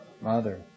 Mother